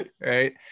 Right